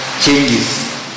changes